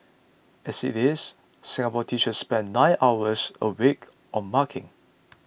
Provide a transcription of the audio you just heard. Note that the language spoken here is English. as it is Singapore teachers spend nine hours a week on marking